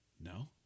No